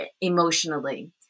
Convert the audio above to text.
emotionally